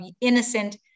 innocent